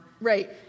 right